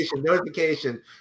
notification